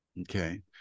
okay